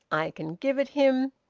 i can give it him.